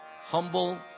humble